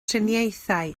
triniaethau